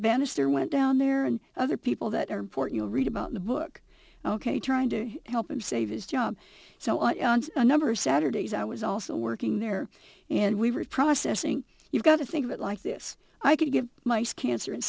banister went down there and other people that are important to read about in the book ok trying to help him save his job so a number saturdays i was also working there and we were processing you've got to think of it like this i could give mice cancer